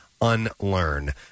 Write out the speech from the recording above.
unlearn